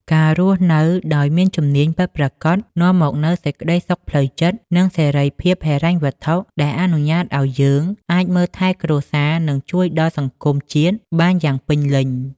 ការរស់នៅដោយមានជំនាញពិតប្រាកដ នាំមកនូវសេចក្ដីសុខផ្លូវចិត្ត និងសេរីភាពហិរញ្ញវត្ថុ ដែលអនុញ្ញាតឱ្យយើងអាចមើលថែគ្រួសារ និងជួយដល់សង្គមជាតិបានយ៉ាងពេញលេញ។